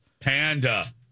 Panda